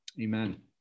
Amen